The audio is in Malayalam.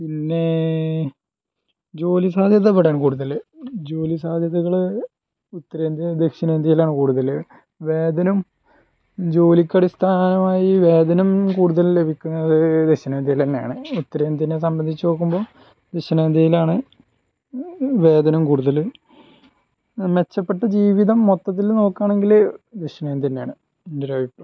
പിന്നെ ജോലി സാധ്യത ഇവിടെയാണ് കൂടുതൽ ജോലി സാധ്യതകൾ ഉത്തരേന്ത്യയിൽ ദക്ഷിണേന്ത്യയിലാണ് കൂടുതൽ വേതനം ജോലിക്കടിസ്ഥാനമായി വേതനം കൂടുതൽ ലഭിക്കുന്നത് ദക്ഷിണേന്ത്യയിലന്നെയാണ് ഉത്തരേന്ത്യനേ സംബന്ധിച്ച് നോക്കുമ്പോൾ ദക്ഷിണേന്ത്യയിലാണ് വേതനം കൂടുതൽ മെച്ചപ്പെട്ട ജീവിതം മൊത്തത്തിൽ നോക്കാണെങ്കിൽ ദക്ഷിണേന്ത്യയന്നെയാണ് ഇന്റൊരഭിപ്രായത്തിൽ